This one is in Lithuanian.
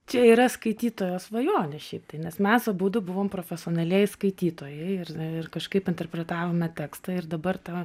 čia yra skaitytojo svajonė šiaip tai nes mes abudu buvom profesionalieji skaitytojai ir ir kažkaip interpretavome tekstą ir dabar ta